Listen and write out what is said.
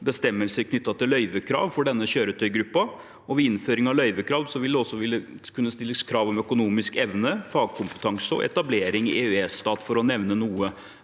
bestemmelser knyttet til løyvekrav for denne kjøretøygruppen, og ved innføring av løyvekrav vil det også kunne stilles krav om økonomisk evne, fagkompetanse og etablering i EØS-stat, for å nevne noe.